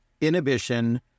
inhibition